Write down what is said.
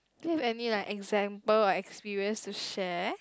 do you have any like examples or experience to share